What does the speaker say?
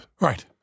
right